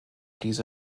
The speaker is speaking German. diese